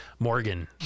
Morgan